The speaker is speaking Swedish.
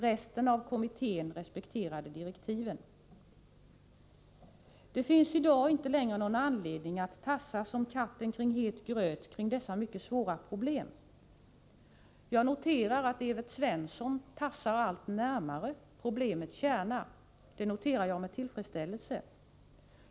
Resten av kommittén respekterade direktiven. Det finns i dag inte längre någon anledning att tassa som katten kring het gröt när det gäller dessa mycket svåra problem. Jag noterar att Evert Svensson tassar allt närmare problemets kärna, och det gör jag med tillfredsställelse.